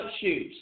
shoes